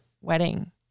wedding